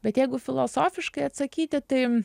bet jeigu filosofiškai atsakyti tai